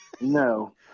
No